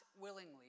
willingly